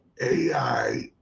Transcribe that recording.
AI